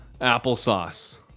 applesauce